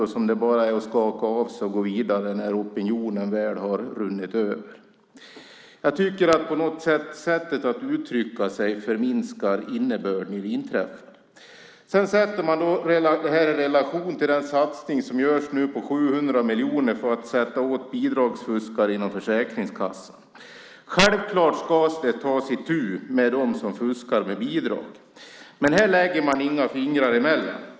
Det är bara att skaka av sig det och gå vidare när detta väl har runnit förbi i opinionen. Jag tycker att sättet att uttrycka sig förminskar innebörden i det inträffade. Man sätter det här i relation till den satsning på 700 miljoner som görs nu inom Försäkringskassan för att sätta åt bidragsfuskare. Självklart ska det tas itu med dem som fuskar med bidrag. Men här lägger man inga fingrar emellan.